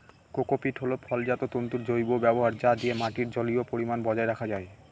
cocopeat হল ফলজাত তন্তুর জৈব ব্যবহার যা দিয়ে মাটির জলীয় পরিমান বজায় রাখা যায়